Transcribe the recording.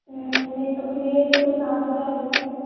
नहीं तो फिर एक के ही सात हज़ार लेते हैं